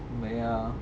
um ya